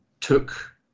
took